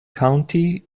county